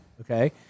Okay